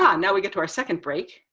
yeah now we get to our second break.